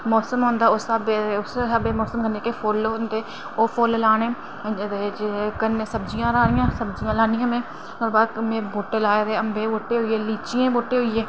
मौसम होंदा ते उस्सै स्हाबै दे जेह्के फुल्ल होंदे ते ओह् फुल्ल लाने ते कन्नै सब्जियां राह्नियां कन्नै सब्जियां लानियां में ओह्दे बाद में अम्बें दे बूह्टे लाए दे लीचियें दे बूह्टे लाए दे